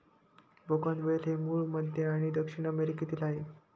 बोगनवेल हे मूळ मध्य आणि दक्षिण अमेरिकेतील आहे